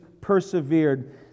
persevered